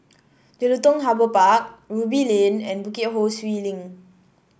Jelutung Harbour Park Ruby Lane and Bukit Ho Swee Link